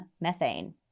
methane